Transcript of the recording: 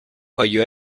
voglio